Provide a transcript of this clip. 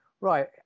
right